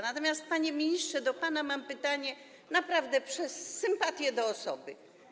Natomiast, panie ministrze, do pana mam pytanie naprawdę przez sympatię do pana osoby.